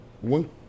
one